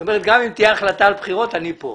גם אם תהיה החלטה על בחירות, אני כאן.